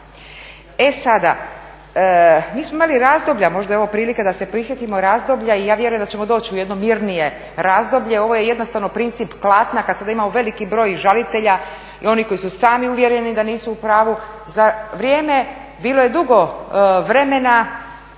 E sada, mi smo imali razdoblja, možda je ovo prilika da se prisjetimo razdoblja i ja vjerujem da ćemo doći u jedno mirnije razdoblje, ovo je jednostavno princip klatna kad sada imamo veliki broj žalitelja i onih koji su sami uvjereni da nisu u pravu. Bilo je dugo vremena,